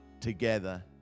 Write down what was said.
together